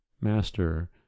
Master